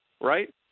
right